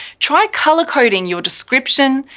try color coding your description,